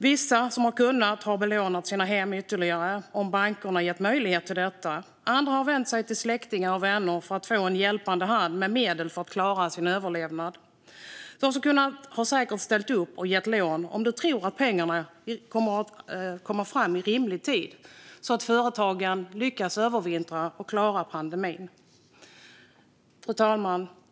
Vissa som har kunnat har belånat sina hem ytterligare, om bankerna gett möjlighet till detta. Andra har vänt sig till släktingar och vänner för att få en hjälpande hand med medel för att klara sin överlevnad. De som har kunnat har säkert ställt upp och gett lån om de tror att pengarna kommer fram i rimlig tid, så att företagen lyckas övervintra och klara pandemin. Fru talman!